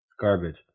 Garbage